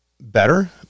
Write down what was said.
better